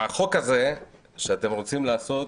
החוק הזה שאתם רוצים לעשות,